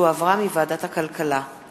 שהחזירה ועדת הכלכלה.